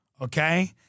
okay